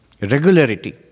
regularity